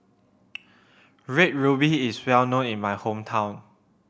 Red Ruby is well known in my hometown